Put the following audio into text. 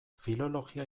filologia